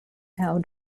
out